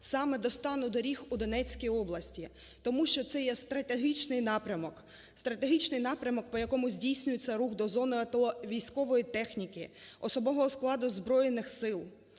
саме до стану доріг у Донецькій області, тому що це є стратегічний напрямок, стратегічний напрямок, по якому здійснюється рух до зони АТО військової техніки, особового складу Збройних Сил,